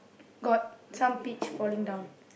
got some peach falling down